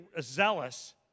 zealous